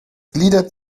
gliedert